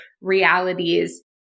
realities